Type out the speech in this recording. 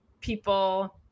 people